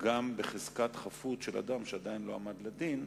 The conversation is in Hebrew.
גם בחזקת חפות של אדם שעדיין לא עמד לדין,